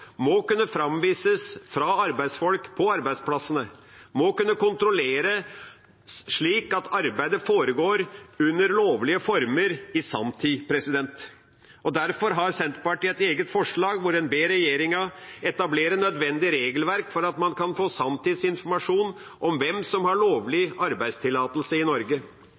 må kunne framvises fra arbeidsfolk på arbeidsplassene og kunne kontrolleres, slik at arbeidet foregår under lovlige former i sanntid. Derfor har Senterpartiet et eget forslag, hvor en ber regjeringa etablere nødvendig regelverk for at man kan få sanntidsinformasjon om hvem som har lovlig arbeidstillatelse i Norge.